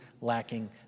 lacking